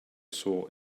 saw